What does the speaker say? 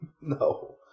No